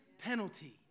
penalty